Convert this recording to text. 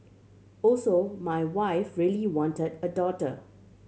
also my wife really wanted a daughter